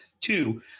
Two